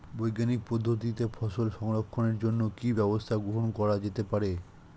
বৈজ্ঞানিক পদ্ধতিতে ফসল সংরক্ষণের জন্য কি ব্যবস্থা গ্রহণ করা যেতে পারে?